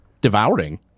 Devouring